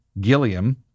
Gilliam